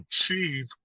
achieve